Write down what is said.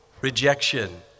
rejection